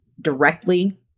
directly